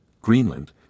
greenland